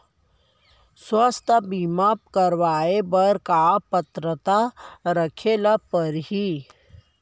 स्वास्थ्य बीमा करवाय बर का पात्रता रखे ल परही?